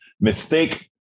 Mistake